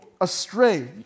astray